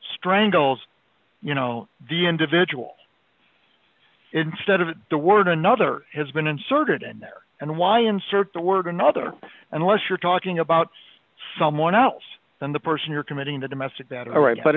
strangles you know the individual instead of the word another has been inserted in there and why insert the word another unless you're talking about someone else than the person you're committing to domestic that a right but